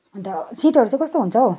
अन्त सिटहरू चाहिँ कस्तो हुन्छ हो